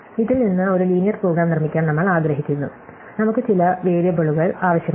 ഇതിൽ നിന്ന് ഒരു ലീനിയർ പ്രോഗ്രാം നിർമ്മിക്കാൻ നമ്മൾ ആഗ്രഹിക്കുന്നു നമുക്ക് ചില വേരിയബിളുകൾ ആവശ്യമാണ്